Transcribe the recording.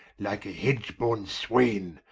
like a hedge-borne swaine,